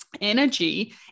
energy